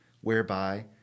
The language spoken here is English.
whereby